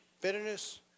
Bitterness